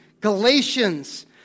Galatians